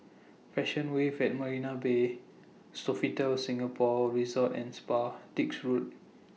Passion Wave At Marina Bay Sofitel Singapore Resort and Spa Dix Road